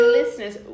listeners